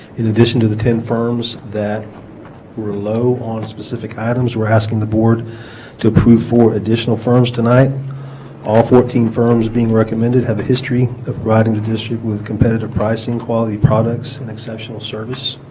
in addition to the ten firms that were low on specific items we're asking the board to approve for additional firms tonight all fourteen firms being recommended have a history of riding the district with competitive pricing quality products and exceptional service